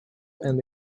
and